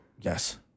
yes